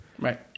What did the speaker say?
Right